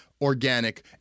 organic